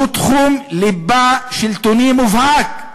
שהוא תחום ליבה שלטוני מובהק,